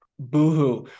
Boohoo